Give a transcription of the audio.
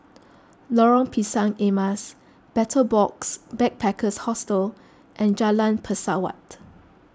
Lorong Pisang Emas Betel Box Backpackers Hostel and Jalan Pesawat